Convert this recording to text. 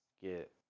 get